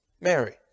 Mary